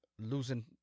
losing